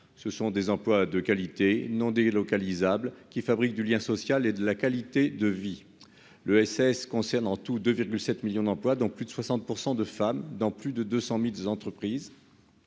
ce sont des emplois de qualité non délocalisables qui fabrique du lien social et de la qualité de vie, l'ESS concerne en tout de 7 millions d'employes dans plus de 60 % de femmes dans plus de 200000 entreprises